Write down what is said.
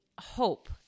hope